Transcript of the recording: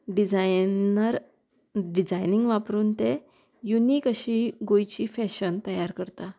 designer designing वापरून ते unique अशी गोंयची फॅशन तयार करता